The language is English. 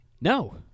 No